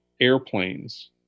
airplanes